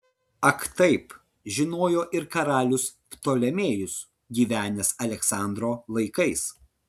ak taip žinojo ir karalius ptolemėjus gyvenęs aleksandro laikais